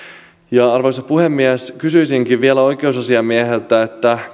arvoisa puhemies kysyisinkin vielä oikeusasiamieheltä